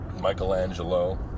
Michelangelo